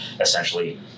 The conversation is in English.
essentially